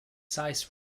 size